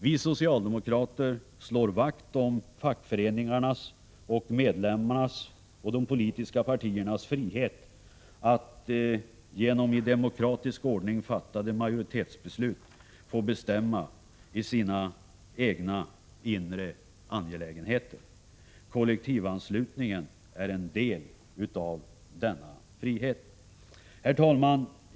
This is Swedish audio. Vi socialdemokrater slår vakt om fackföreningarnas, medlemmarnas och de politiska partiernas frihet att genom i demokratisk ordning fattade majoritetsbeslut få bestämma om sina egna inre angelägenheter. Kollektivanslutningen är en del av denna frihet. Herr talman!